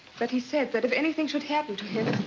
but he said that if anything should happen to him